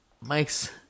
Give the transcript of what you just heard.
Mike's